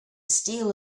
steel